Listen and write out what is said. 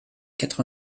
quatre